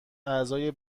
اعضای